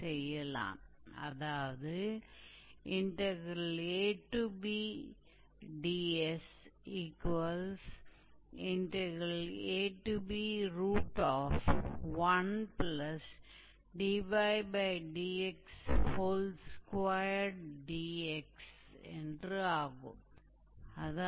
तो यह है यह मूल रूप से हमारा आर्क है अगर वह लंबाई इतनी है तो यहां मूल रूप से b पर s का मान पूरी लंबाई होगी और s का मान वास्तव में 𝑥𝑎 पर 0 होगा